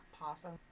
possum